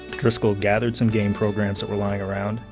driscoll gathered some game programs that were lying around,